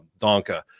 Donka